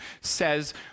says